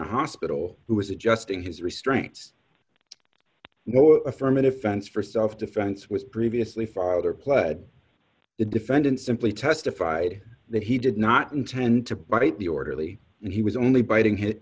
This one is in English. a hospital who was adjusting his restraints no affirmative defense for self defense was previously filed or pled the defendant simply testified that he did not intend to bite the orderly and he was only biting hit